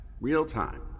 real-time